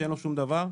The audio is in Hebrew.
שאין לו שום דבר.